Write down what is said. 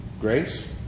Grace